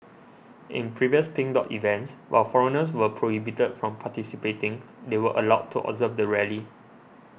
in previous Pink Dot events while foreigners were prohibited from participating they were allowed to observe the rally